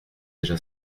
déjà